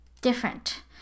different